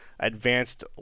advanced